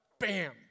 Bam